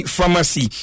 Pharmacy